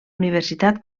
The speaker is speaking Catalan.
universitat